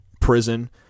prison